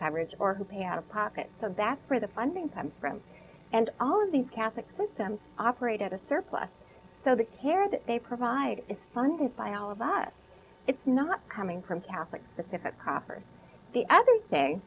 coverage or who pay out of pocket so that's where the funding time from and all of these catholic systems operate at a surplus so the care that they provide is funded by all of us it's not coming from catholic specific coffers the other thing